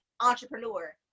entrepreneur